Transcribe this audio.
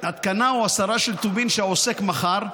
התקנה או הסרה של טובין שהעוסק מכר,